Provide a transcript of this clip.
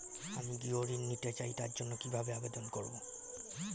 আমি গৃহ ঋণ নিতে চাই তার জন্য কিভাবে আবেদন করব?